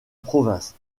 province